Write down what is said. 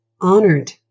honored